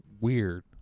Weird